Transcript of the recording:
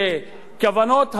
שכוונות האוצר,